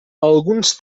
alguns